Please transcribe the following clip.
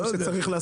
אני רוצה להתייחס